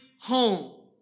home